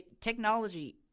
Technology